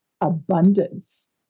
abundance